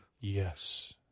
Yes